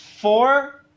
four